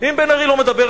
אם בן-ארי לא מדבר,